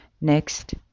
Next